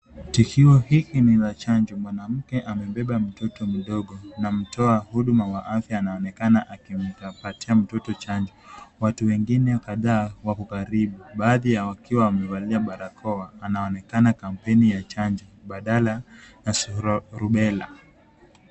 Tukio hili ni la chanjo. Mwanamke amebeba mtoto mdogo na mtoa huduma wa afya anaonekana akimpatia mtoto chanjo. Watu wengine kadhaa wako karibu, baadhi yao wakiwa wamevalia barakoa. Anaonekana kampeni ya chanjo badala ya surua ,rubela.